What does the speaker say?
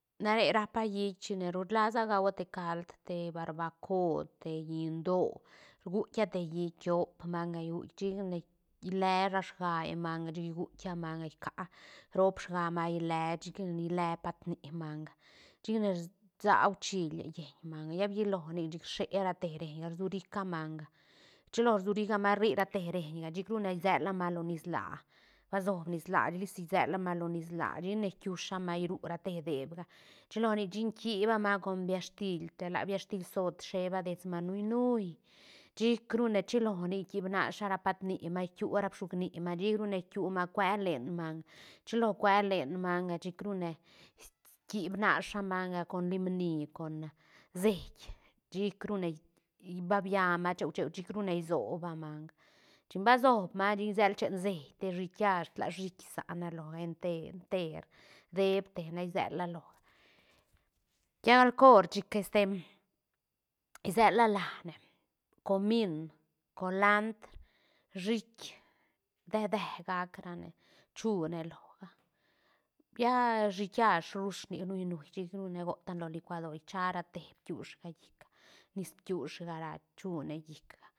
Na re rapa hiit chine ro rlasa gahua te cald te barbaco te gindoo rguitkia te hiit tiop manga rguitkia chicane rlea ra sgae manga chic rguitkia manga rcaa roop sga manga rlea chicane rlea pat ni manga chicane rsaa huichile lleñ manga lla biloni nic chic rshea ra te reiñ surica manga chilo surica manga rri rate reiñga chic rune rsela manga lo niís laa ba soob niís laa lisi siela manga lo niís laa chicane rkiusha manga rru rate deebga chilo nic chicne kiba manga con biastil te la biastil zoot sheba deets manga nuy- nuy chic rune chilonic kiib nasha ra patni manga rkiua ra bsucni manga chic rune rkiuga manga kuea len manga chilo kuea len manga chic rune kiib nasha manga con lim ni con seit chic rune ba bia manga cheu- cheu chic rune sioba manga chin ba soob manga chicane rsela chen seit te shiit kiash tla shiit sa na loga enter- ter beed tenne siela loga lla gal cor chic este isela la ne comín, colandr, shiit de- de gac ra ne chu ne loga lla a shiit kiash rush nic nui- nui chic rune gotane lo licuador rcha ra te bkiush llicga niís bkiushga ra chune llicga